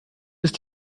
ist